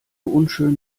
unschön